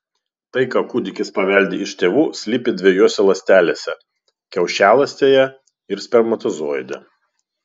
tai ką kūdikis paveldi iš tėvų slypi dviejose ląstelėse kiaušialąstėje ir spermatozoide